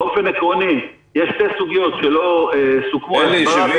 באופן עקרוני יש סוגיות שלא סוכמו --- אלי,